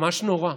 ממש נורא.